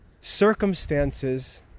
circumstances